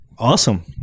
Awesome